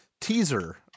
teaser